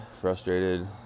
frustrated